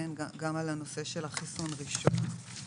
גם על הנושא של החיסון הראשון.